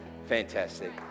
fantastic